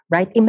Right